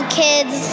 kids